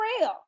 real